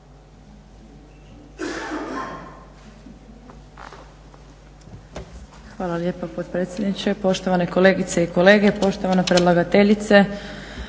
Hvala lijepa potpredsjedniče. Poštovane kolegice i kolege, poštovana predlagateljice.